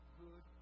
good